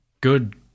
good